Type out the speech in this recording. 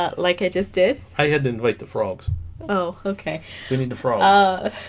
i like ah just did i had to invite the frogs oh okay we need the frog ah